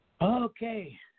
Okay